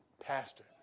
Pastor